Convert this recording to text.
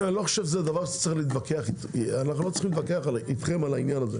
לא צריך להתווכח אתכם על זה.